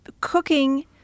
cooking